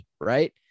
right